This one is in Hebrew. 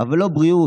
אבל לא בריאות.